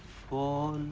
for